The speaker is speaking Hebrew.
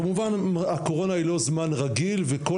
כמובן הקורונה היא לא זמן רגיל וכל